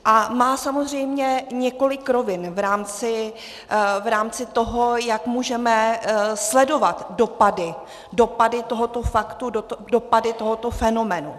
A má samozřejmě několik rovin v rámci toho, jak můžeme sledovat dopady, dopady tohoto faktu, dopady tohoto fenoménu.